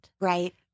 right